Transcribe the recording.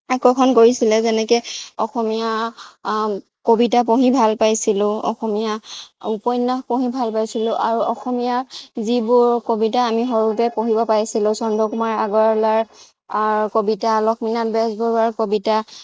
আকৰ্ষণ কৰিছিলে যেনেকে অসমীয়া কবিতা পঢ়ি ভাল পাইছিলোঁ অসমীয়া উপন্যাস পঢ়ি ভাল পাইছিলোঁ আৰু অসমীয়া যিবোৰ কবিতা আমি সৰুতে পঢ়িব পাৰিছিলোঁ চন্দ্ৰকুমাৰ আগৰৱালাৰ কবিতা লক্ষ্মীনাথ বেজবৰুৱাৰ কবিতা